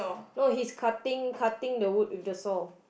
no he's cutting cutting the wood with the saw